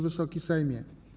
Wysoki Sejmie!